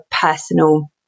personal